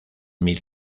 mil